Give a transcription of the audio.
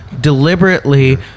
deliberately